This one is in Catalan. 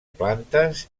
plantes